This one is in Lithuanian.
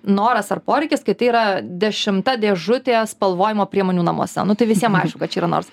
noras ar poreikis kai tai yra dešimta dėžutė spalvojimo priemonių namuose tai visiem aišku kad čia yra noras